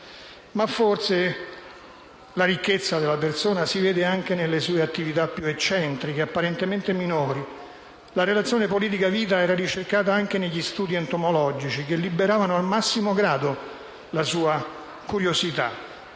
Ma forse la ricchezza della persona si vede anche nelle sue attività più eccentriche, apparentemente minori. La relazione politica-vita era ricercata anche negli studi entomologici, che liberavano al massimo grado la sua curiosità: